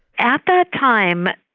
at that time,